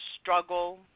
struggle